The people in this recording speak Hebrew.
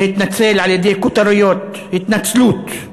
להתנצל על-ידי כותרות: התנצלות.